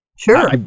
Sure